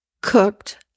cooked